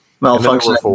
malfunction